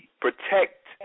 protect